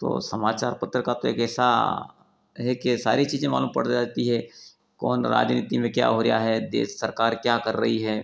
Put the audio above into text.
तो समाचार पत्र का तो एक ऐसा हैं कि यह सारी चीज़ें मालूम पड़ जाती हे कौन राजनीति में क्या हो रहा है देश सरकार क्या कर रही है